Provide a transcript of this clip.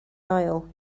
aisle